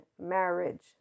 marriage